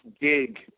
gig